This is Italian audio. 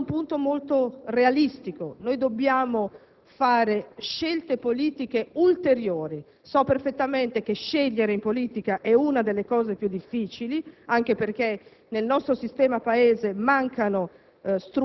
Questo è un punto molto realistico. Dobbiamo fare scelte politiche ulteriori. So perfettamente che scegliere in politica è una delle cose più difficili, anche perché nel nostro sistema Paese mancano